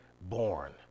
born